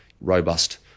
robust